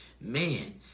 man